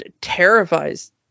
terrifies